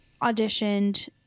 auditioned